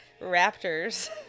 Raptors